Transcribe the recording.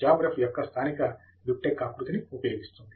job ref యొక్క స్థానిక BibTeX ఆకృతి ని ఉపయోగిస్తుంది